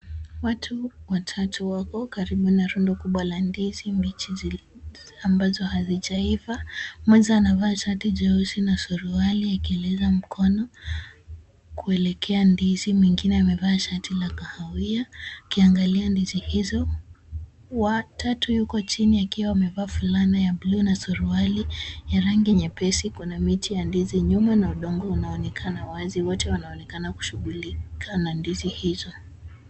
Watu watatu wako karibu na rundo kubwa la ndizi mbichi ambazo hazijaiva. Mmoja anavaa shati jeusi na suruali akieleza mkono kuelekea ndizi, mwingine amevaa shati la kahawia akiangalia ndizi hizo. Wa tatu yuko chini akiwa amevaa fulana ya bluu na suruali ya rangi nyepesi. Kuna miti ya ndizi nyuma na udongo unaonekana wazi. Wote wanaonekana kushughulika na ndizi hizo.